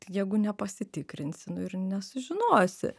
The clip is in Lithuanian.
jeigu nepasitikrinsi nu ir nesužinosi